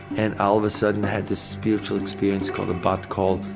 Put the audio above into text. and all of a sudden i had this spiritual experience called a bat kol,